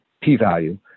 p-value